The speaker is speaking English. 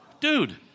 Dude